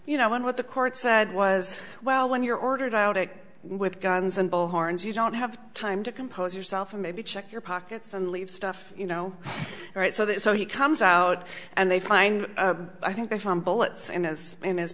you know when what the court said was well when you're ordered out and with guns and bullhorns you don't have time to compose yourself or maybe check your pockets and leave stuff you know right so that so he comes out and they find i think they found bullets in his in his